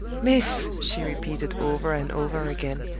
miss! she repeated over and over again,